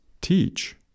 teach